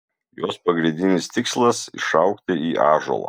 jos pagrindinis tikslas išaugti į ąžuolą